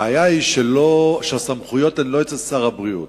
הבעיה היא שהסמכויות הן לא של שר הבריאות.